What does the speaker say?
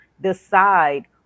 decide